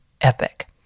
epic